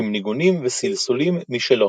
עם ניגונים וסלסולים משלו.